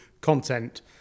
content